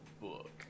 book